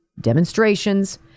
demonstrations